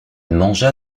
mangea